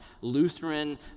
lutheran